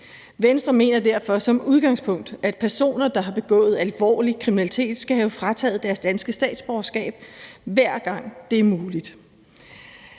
Venstre mener derfor som udgangspunkt, at personer, der har begået alvorlig kriminalitet, skal have frataget deres danske statsborgerskab, hver gang det er muligt.